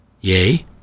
Yay